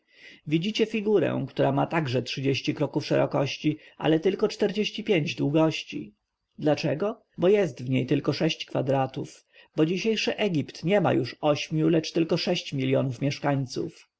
widzicie figurę która ma także trzydzieści kroków szerokości ale tylko czterdzieści pięć długości dlaczego bo jest w niej tylko sześć kwadratów bo dzisiejszy egipt nie ma już ośmiu lecz tylko sześć miljonów mieszkańców